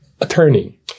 attorney